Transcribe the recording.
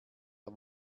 der